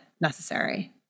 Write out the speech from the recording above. necessary